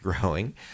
growing